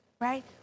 right